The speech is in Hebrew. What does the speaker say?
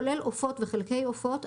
כולל עופות וחלקי עופות,